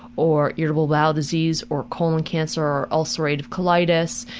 or irritable bowel disease, or colon cancer, or ulcerative colitis.